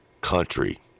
country